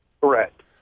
Correct